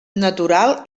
natural